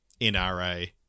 NRA